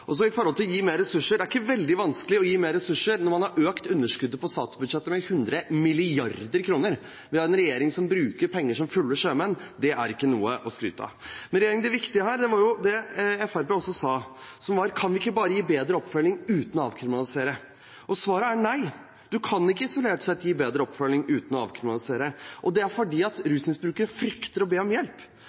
å gi mer ressurser: Det er ikke veldig vanskelig å gi mer ressurser når man har økt underskuddet på statsbudsjettet med 100 mrd. kr. Vi har en regjering som bruker penger som fulle sjømenn, det er ikke noe å skryte av. Det viktige her er jo det Fremskrittspartiet også sa: Kan vi ikke bare gi bedre oppfølging uten å avkriminalisere? Svaret er nei. En kan ikke isolert sett gi bedre oppfølging uten å avkriminalisere, fordi rusmisbrukere frykter å be om hjelp.